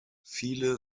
viele